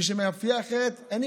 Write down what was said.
בשביל שמאפייה אחרת תיסגר,